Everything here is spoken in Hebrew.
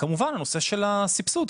וכמובן הנושא של הסבסוד.